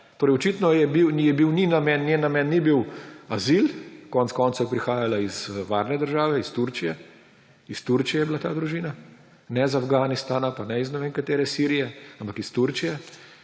Torej očitno njen namen ni bil azil, konec koncev je prihajala iz varne države, iz Turčije, iz Turčije je bila ta družina, ne iz Afganistana in ne iz ne vem katere Sirije, ampak iz Turčije,